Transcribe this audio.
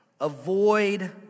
Avoid